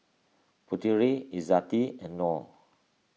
Putera Izzati and Noah